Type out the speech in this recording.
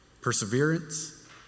Perseverance